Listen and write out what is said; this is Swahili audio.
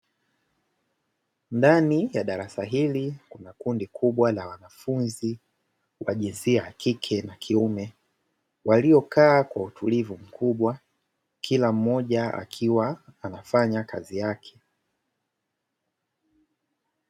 Ndani ya darasa hili, kuna kundi kubwa la wanafunzi wa jinsia ya kike na kiume waliokaa kwa utulivu mkubwa, kila mmoja akiwa anafanya kazi yake.